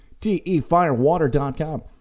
TeFireWater.com